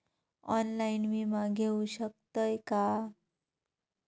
Online विमा घेऊ शकतय का?